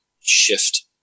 shift